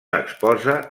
exposa